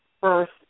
first